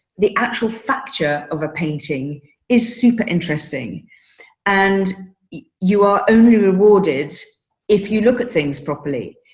the actual facture of a painting is super interesting and you are only rewarded if you look at things properly.